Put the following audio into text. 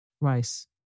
Rice